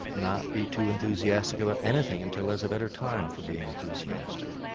not be too enthusiastic about anything until there's a better time for being enthusiastic.